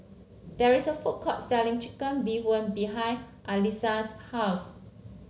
there is a food court selling Chicken Bee Hoon behind Alissa's house